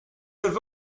neuf